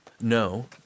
no